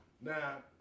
Now